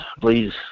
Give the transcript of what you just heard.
please